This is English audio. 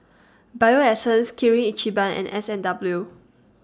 Bio Essence Kirin Ichiban and S and W